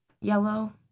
yellow